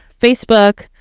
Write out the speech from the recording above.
Facebook